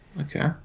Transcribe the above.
okay